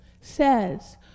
says